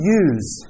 use